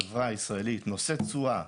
חברה ישראלית נושאת תשואה